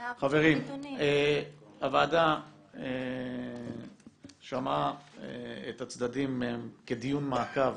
חברים, הוועדה שמעה את הצדדים כדיון מעקב